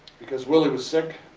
because willie was sick.